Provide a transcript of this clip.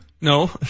No